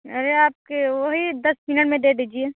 अरे आपके वही दस मिनट में दे दीजिए